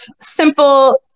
simple